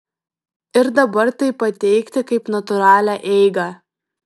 ir dabar tai pateikti kaip natūralią eigą